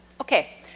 Okay